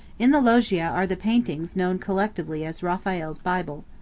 in the loggia are the paintings known collectively as raphael's bible.